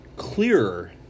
clearer